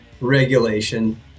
regulation